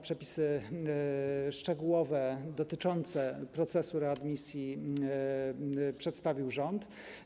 Przepisy szczegółowe dotyczące procesu readmisji przedstawił rząd.